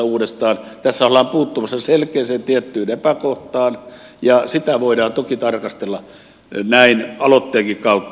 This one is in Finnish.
tässä ollaan puuttumassa selkeään tiettyyn epäkohtaan ja sitä voidaan toki tarkastella näin aloitteenkin kautta